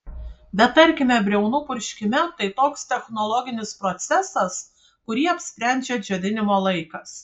bet tarkime briaunų purškime tai toks technologinis procesas kurį apsprendžia džiovinimo laikas